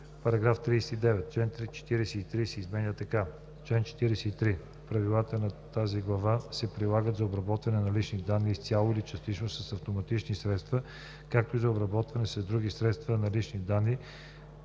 § 39. Член 43 се изменя така: „Чл. 43. Правилата на тази глава се прилагат за обработването на лични данни изцяло или частично с автоматични средства, както и за обработването с други средства на лични данни,